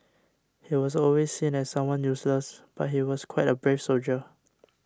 he was always seen as someone useless but he was quite a brave soldier